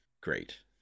great